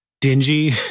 dingy